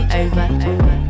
over